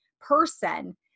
person